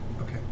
Okay